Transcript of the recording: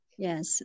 Yes